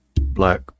black